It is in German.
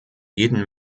jeden